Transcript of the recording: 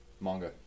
Manga